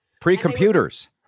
Pre-computers